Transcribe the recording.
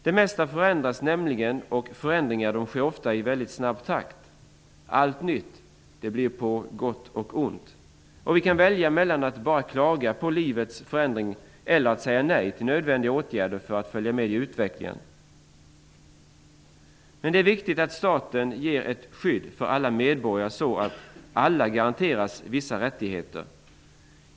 Det mesta förändras nämligen, och förändringarna sker ofta i snabb takt. Allt nytt är på gott och ont. Vi kan välja mellan att bara klaga på att livet förändras och säga nej till nödvändiga åtgärder för att följa med i utvecklingen eller att anpassa oss genom att ta till vara de fördelar förändringarna erbjuder. Men det är viktigt att staten ger ett skydd för alla medborgare så att alla garanteras vissa rättigheter.